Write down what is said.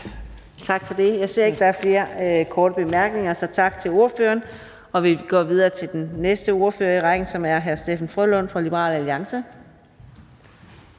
Tak for det. Jeg ser ikke, der er flere korte bemærkninger. Tak til ordføreren. Så går vi videre til den næste ordfører i rækken, som er hr. Steffen W. Frølund fra Liberal Alliance.